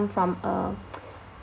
from a